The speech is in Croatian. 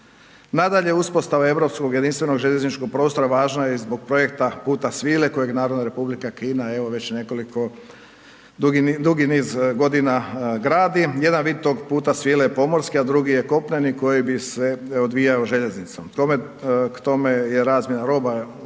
Nadalje, uspostava europskog jedinstvenog željezničkog prostora važna je i zbog Projekta puta svile, kojeg naravno Republika Kina evo već nekoliko dugi niz godina gradi, jedan vid tog puta svile je pomorski, a drugi je kopneni koji bi se odvijao željeznicom k tome je razmjena i